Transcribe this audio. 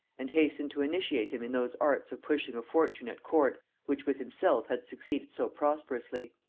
and hastened to initiate him in those arts of pushing a fortune at court which with himself had succeeded so prosperously.